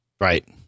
Right